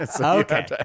Okay